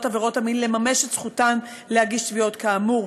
עבירות המין לממש את זכותן להגיש תביעות כאמור,